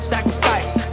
Sacrifice